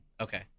Okay